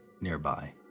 nearby